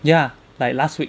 ya like last week